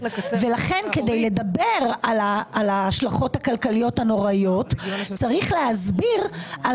ולכן כדי לדבר על ההשלכות הכלכליות הנוראיות יש להסביר על